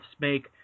make